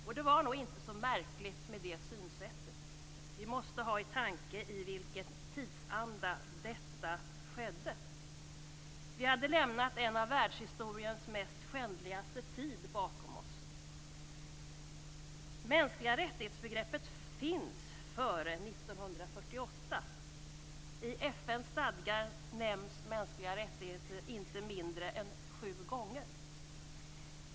Och det var nog inte så märkligt med det synsättet. Vi måste ha i åtanke i vilken tidsanda detta skedde. Vi hade lämnat en av världshistoriens mest skändliga tider bakom oss. Begreppet "mänskliga rättigheter" finns före 1948. I FN:s stadgar nämns mänskliga rättigheter inte mindre än sju gånger.